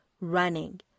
Running